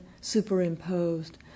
superimposed